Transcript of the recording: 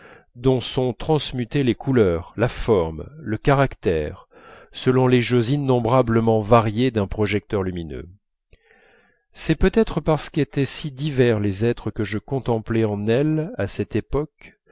dont sont transmutées les couleurs la forme le caractère selon les jeux innombrablement variés d'un projecteur lumineux c'est peut-être parce qu'étaient si divers les êtres que je contemplais en elle à cette époque